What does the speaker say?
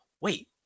wait